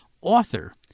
author